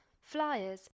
flyers